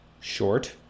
short